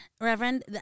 Reverend